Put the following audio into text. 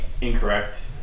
incorrect